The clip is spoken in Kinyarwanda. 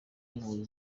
impunzi